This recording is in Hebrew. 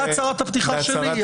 זו הצהרת הפתיחה שלי.